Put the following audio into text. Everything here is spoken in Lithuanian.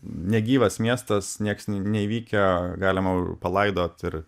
negyvas miestas nieks neįvykę galima palaidot ir